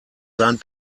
seinen